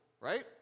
right